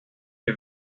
est